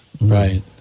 Right